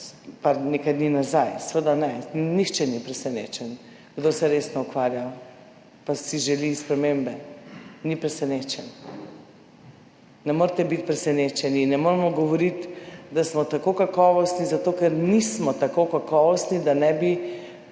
in tem. Seveda ne, nihče ni presenečen. Kdor se resno ukvarja pa si želi spremembe, ni presenečen. Ne morete biti presenečeni, ne moremo govoriti, da smo tako kakovostni, zato ker nismo tako kakovostni, da ne bi.